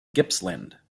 gippsland